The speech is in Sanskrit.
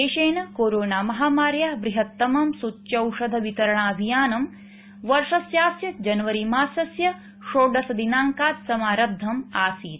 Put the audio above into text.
देशन कोरोनामहामार्याः बृहत्तमं सूच्यौषधवितरणाभियानं वर्षस्यास्य जनवरीमासस्य षोडशदिनांकात् समारब्धम् असीत्